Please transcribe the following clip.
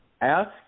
Ask